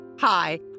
Hi